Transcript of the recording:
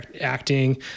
acting